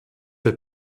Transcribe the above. der